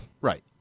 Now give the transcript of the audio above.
Right